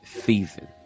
season